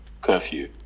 curfew